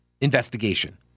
investigation